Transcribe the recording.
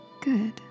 Good